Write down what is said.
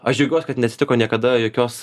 aš džiaugiuos kad neatsitiko niekada jokios